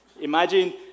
Imagine